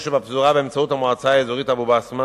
שבפזורה באמצעות המועצה האזורית אבו-בסמה